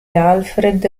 alfred